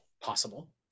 possible